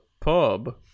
pub